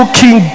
king